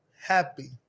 happy